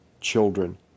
children